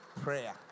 prayer